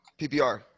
PPR